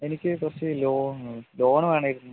എനിക്ക് കുറച്ച് loan loan വേണമായിരുന്നു